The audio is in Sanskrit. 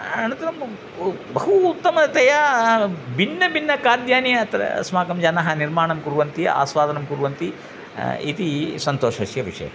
अनन्तरं बहु उत्तमतया भिन्नभिन्न खाद्यानि अत्र अस्माकं जनाः निर्माणं कुर्वन्ति आस्वादनं कुर्वन्ति इति सन्तोषस्य विषयः